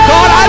God